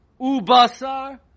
Ubasar